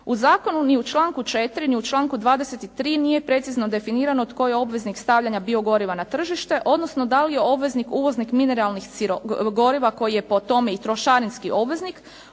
U zakonu ni u članku 4. ni u članku 23. nije precizno definirano tko je obveznik stavljanja biogoriva na tržište odnosno da li je obveznik uvoznik mineralnih goriva koji je po tome i trošarinski obveznik,